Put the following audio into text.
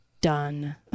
done